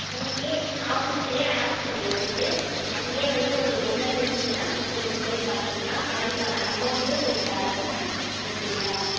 அங்கேயே ஆஃபீஸ்லே ஹாஸ்பிட்டல் இருக்குது அங்கேயே வந்து உங்களுக்கு எமெர்ஜென்சின்னால் நீங்கள் போய் பார்த்துக்கலாம் அதுக்கான அமௌண்ட்டும் நீங்கள் தர தேவைல்ல ஓகேங்களா